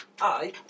Hi